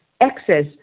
access